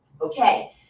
Okay